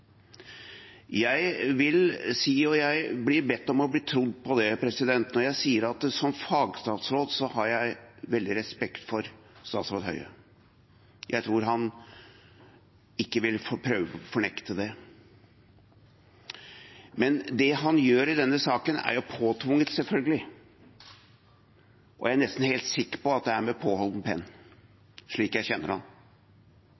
Jeg vil si – og jeg ber om å bli trodd på det – at jeg har veldig respekt for statsråd Høie som fagstatsråd. Jeg tror ikke han vil prøve å fornekte det. Men det han gjør i denne saken, er påtvunget, selvfølgelig, og jeg er nesten helt sikker på at det er med påholden penn,